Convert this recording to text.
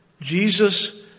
Jesus